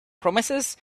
promises